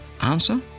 Answer